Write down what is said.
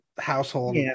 household